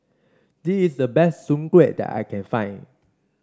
this is the best Soon Kway that I can find